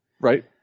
Right